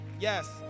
Yes